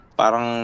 parang